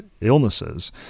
illnesses